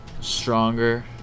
stronger